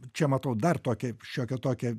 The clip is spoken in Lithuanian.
čia matau dar tokią šiokią tokią